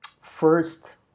first